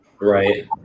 Right